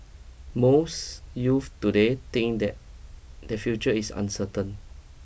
most youth today think that their future is uncertain